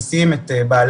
ומענים של אנשים עם מוגבלות